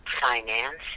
finance